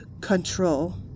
control